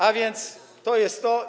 A więc to jest to.